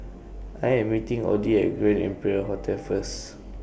I Am meeting Oddie At Grand Imperial Hotel First